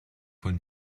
von